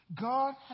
God